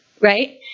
right